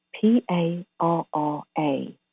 P-A-R-R-A